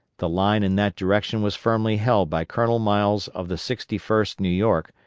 the line in that direction was firmly held by colonel miles of the sixty first new york,